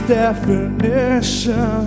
definition